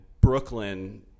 Brooklyn